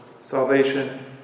salvation